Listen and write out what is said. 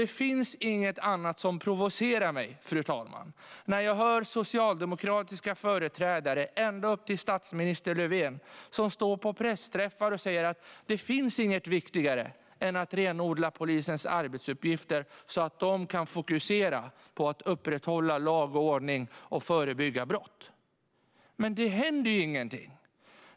Det finns inget som provocerar mig mer än när jag hör socialdemokratiska företrädare ända upp till statsminister Löfven som står på pressträffar och säger: Det finns inget viktigare än att renodla polisens arbetsuppgifter så att de kan fokusera på att upprätthålla lag och ordning och förebygga brott. Men det händer ingenting.